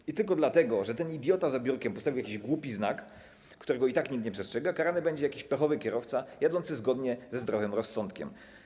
I tylko dlatego, że ten idiota za biurkiem postawił jakiś głupi znak, którego i tak nikt nie przestrzega, karany będzie jakiś pechowy kierowca jadący zgodnie ze zdrowym rozsądkiem.